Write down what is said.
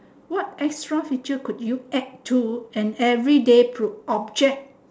what extra feature could you add to an everyday object